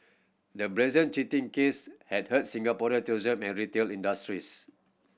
the brazen cheating case had hurt Singapore tourism and retail industries